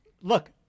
look